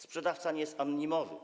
Sprzedawca nie jest anonimowy.